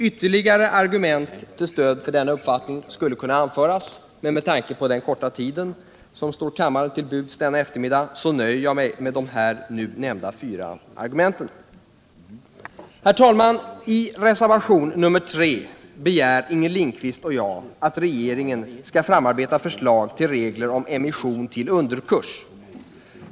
Ytterligare argument till stöd för denna uppfattning skulle kunna anföras, men med tanke på den korta tid som står kammarens ledamöter till buds denna eftermiddag nöjer jag mig med de nu anförda fyra argumenten. Herr talman! I reservationen 3 begär Inger Lindquist och jag att regeringen skall utarbeta förslag till regler om emission till underkurs.